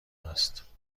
است